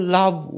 love